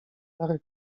stare